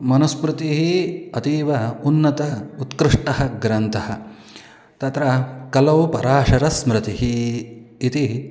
मनुस्मृतिः अतीव उन्नत उत्कृष्टः ग्रन्थः तत्र कलायां पराशरस्मृतिः इति